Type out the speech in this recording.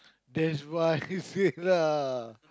there's what I hate say lah